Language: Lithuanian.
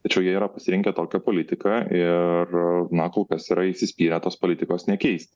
tačiau jie yra pasirinkę tokią politiką ir na kol kas yra įsispyrę tos politikos nekeist